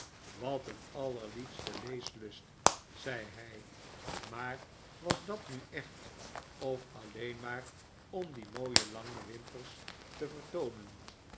wat een allerliefste leeslust zei hij maar was dat nu echt of alleen maar om die mooie lange wimpers te vertoonen